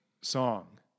song